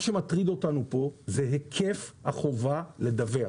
מה שמטריד אותנו כאן זה היקף החובה לדווח.